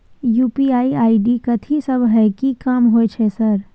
UPI ID कथि सब हय कि काम होय छय सर?